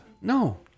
No